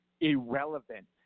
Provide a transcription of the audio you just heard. irrelevant